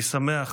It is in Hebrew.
אני שמח